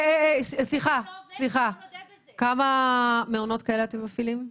בואו נודה בזה כמה מעונות כאלה אתם מפעילים?